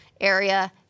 area